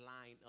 line